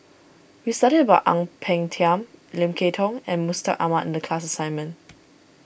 we studied about Ang Peng Tiam Lim Kay Tong and Mustaq Ahmad in the class assignment